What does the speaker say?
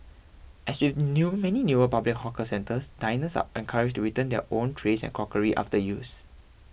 as with new many newer public hawker centres diners are encouraged to return their own trays and crockery after use